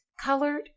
colored